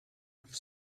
have